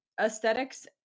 Aesthetics